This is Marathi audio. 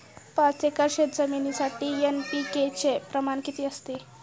पाच एकर शेतजमिनीसाठी एन.पी.के चे प्रमाण किती असते?